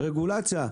רגולציה.